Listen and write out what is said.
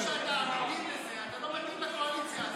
מרוב שאתה אמיתי בזה, אתה לא מתאים לקואליציה הזו.